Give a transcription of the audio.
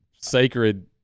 sacred